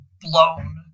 blown